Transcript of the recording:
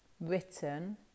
written